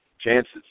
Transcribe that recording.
chances